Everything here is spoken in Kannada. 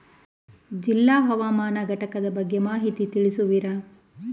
ಜಿಲ್ಲಾ ಹವಾಮಾನ ಘಟಕದ ಬಗ್ಗೆ ಮಾಹಿತಿ ತಿಳಿಸುವಿರಾ?